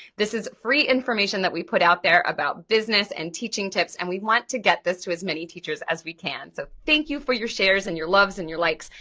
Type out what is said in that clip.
this is free information that we put out there about business and teaching tips and we want to get this to as many teachers as we can, so thank you for your shares and your loves and your likes,